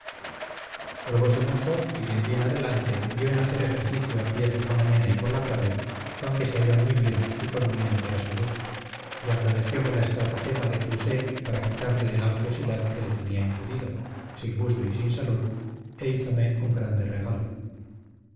capacidad holgose mucho y de allí en adelante dio en hacer ejercicio a pie por la mañana y por la tarde con que se halló muy bien y con muy entera salud y agradeciome la estratagema de que usé para quitarle de la ociosidad que le tenía impedido sin gusto y sin salud e hízome un grande regalo